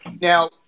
Now